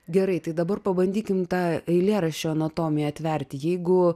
gerai tai dabar pabandykim tą eilėraščio anatomiją atverti jeigu